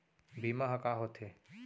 बीमा ह का होथे?